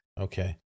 Okay